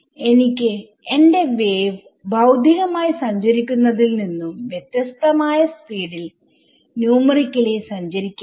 എനിക്ക് എന്റെ വേവ് ഭൌതികമായി സഞ്ചരിക്കുന്നതിൽ നിന്നും വ്യത്യസ്തമായ സ്പീഡിൽ ന്യൂമറിക്കലി സഞ്ചരിക്കേണ്ട